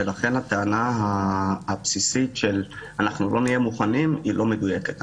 הטענה הבסיסית של "אנחנו לא נהיה מוכנים" היא לא מדויקת.